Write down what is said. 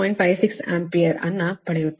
56 ampere ಅನ್ನು ಪಡೆಯುತ್ತದೆ